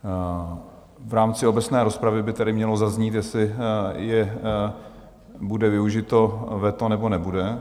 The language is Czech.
V rámci obecné rozpravy by tady mělo zaznít, jestli bude využito veto, nebo nebude.